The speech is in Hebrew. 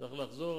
צריך לחזור,